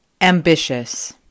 ambitious